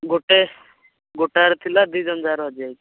ଗୋଟେ ଗୋଟାକରେ ଥିଲା ଦୁଇ ଜଣ ଯାକର ହଜିଯାଇଛି